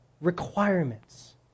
requirements